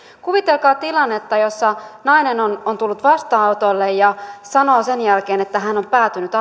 kuvitelkaa tilannetta jossa nainen on on tullut vastaanotolle ja sanoo sen jälkeen että hän on päätynyt